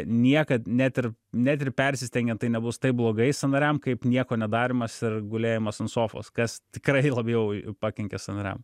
niekad net ir net ir persistengiant tai nebus taip blogai sąnariam kaip nieko nedarymas ir gulėjimas ant sofos kas tikrai labiau pakenkia sąnariam